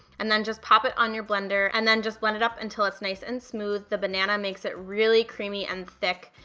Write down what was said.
and then just pop it on your blender blender and then just blend it up until it's nice and smooth, the banana makes it really creamy and thick,